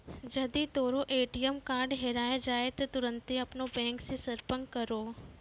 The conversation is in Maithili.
जदि तोरो ए.टी.एम कार्ड हेराय जाय त तुरन्ते अपनो बैंको से संपर्क करो